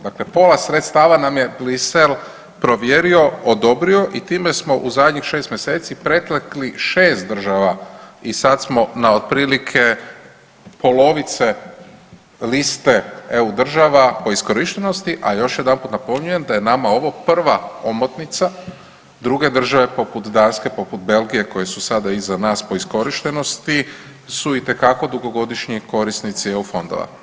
Dakle, pola sredstava nam je Brisel provjerio, odobrio i time smo u zadnjih 6 mjeseci pretekli 6 država i sad smo na otprilike polovice liste EU država po iskorištenosti, a još jedanput napominjem da je nama ovo prva omotnica, druge države poput Danske, poput Belgije koje su sada iza nas po iskorištenosti su itekako dugogodišnji korisnici EU fondova.